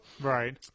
right